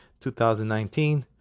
2019